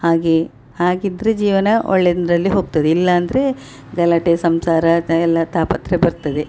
ಹಾಗೆ ಹಾಗಿದ್ದರೆ ಜೀವನ ಒಳ್ಳೆಯದ್ರಲ್ಲಿ ಹೋಗ್ತದೆ ಇಲ್ಲಾಂದರೆ ಗಲಾಟೆ ಸಂಸಾರ ತ ಎಲ್ಲ ತಾಪತ್ರಯ ಬರ್ತದೆ